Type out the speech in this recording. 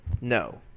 no